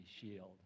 shield